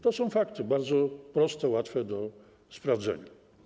To są fakty bardzo proste, łatwe do sprawdzenia.